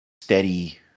steady